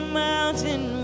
mountain